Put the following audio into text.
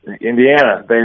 Indiana